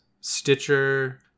Stitcher